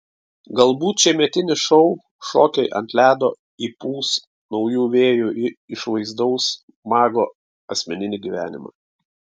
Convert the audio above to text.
galbūt šiemetinis šou šokiai ant ledo įpūs naujų vėjų į išvaizdaus mago asmeninį gyvenimą